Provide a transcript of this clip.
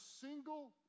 single